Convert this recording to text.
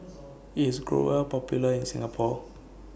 IS Growell Popular in Singapore